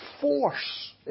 force